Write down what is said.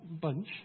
bunch